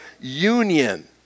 union